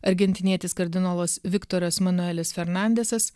argentinietis kardinolas viktoras manuelis fernandesas